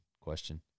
question